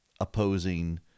opposing